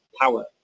power